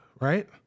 right